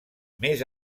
més